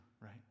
right